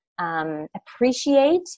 Appreciate